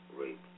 rape